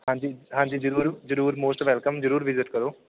ਹਾਂਜੀ ਹਾਂਜੀ ਜ਼ਰੂਰ ਜ਼ਰੂਰ ਮੋਸਟ ਵੈਲਕਮ ਜ਼ਰੂਰ ਵਿਜਿਟ ਕਰੋ